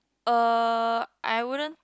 uh I wouldn't